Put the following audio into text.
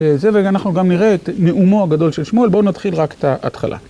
זה ואנחנו גם נראה את נאומו הגדול של שמואל, בואו נתחיל רק את ההתחלה.